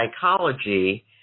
psychology